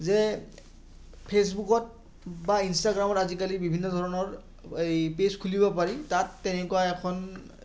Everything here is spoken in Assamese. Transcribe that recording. যে ফেচবুকত বা ইনষ্টাগ্ৰামত আজিকালি বিভিন্ন ধৰণৰ এই পেজ খুলিব পাৰি তাত তেনেকুৱা এখন